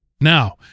now